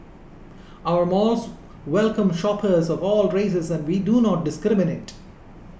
our malls welcome shoppers of all races and we do not discriminate